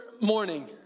morning